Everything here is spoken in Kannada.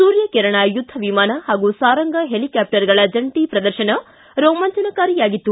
ಸೂರ್ಯಕಿರಣ್ ಯುದ್ಧವಿಮಾನ ಹಾಗೂ ಸಾರಂಗ್ ಹೆಲಿಕ್ಯಾಪ್ಟರ್ಗಳ ಜಂಟಿ ಪ್ರದರ್ಶನ ರೋಮಾಂಚನಕಾರಿಯಾಗಿತ್ತು